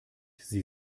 sie